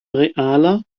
realer